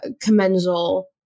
commensal